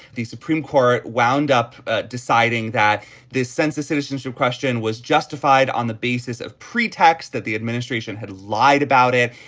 the supreme court wound up ah deciding that this census citizenship question was justified on the basis of pretext that the administration had lied about it.